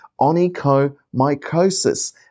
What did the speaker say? onychomycosis